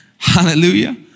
Hallelujah